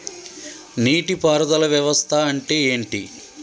నీటి పారుదల వ్యవస్థ అంటే ఏంటి?